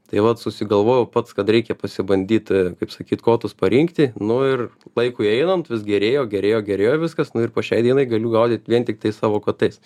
tai vat susigalvojau pats kad reikia pasibandyt kaip sakyt kotus parinkti nu ir laikui einant vis gerėjo gerėjo gerėjo viskas nu ir po šiai dienai galiu gaudyt vien tiktai savo kotais